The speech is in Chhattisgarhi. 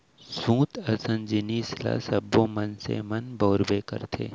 सूत असन जिनिस ल सब्बो मनसे मन बउरबे करथे